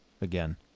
again